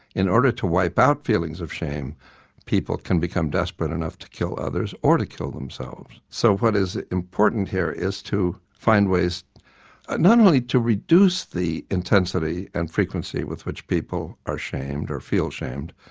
in order to wipe out feelings of shame people can become desperate enough to kill others or to kill themselves. so what is important here is to find ways ah not only to reduce the intensity and frequency with which people are shamed or feel shamed,